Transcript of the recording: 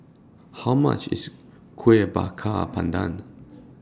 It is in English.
How much IS Kuih Bakar Pandan